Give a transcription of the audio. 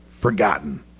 forgotten